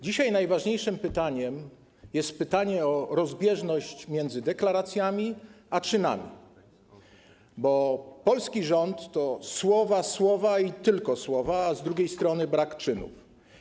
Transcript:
Dzisiaj najważniejszym pytaniem jest pytanie o rozbieżność między deklaracjami a czynami, bo polski rząd to słowa, słowa i tylko słowa, a z drugiej strony brak czynów.